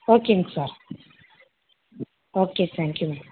ஓகேங்க sir okay தேங்க்கியூங்க